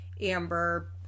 amber